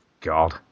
God